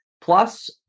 plus